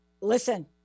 listen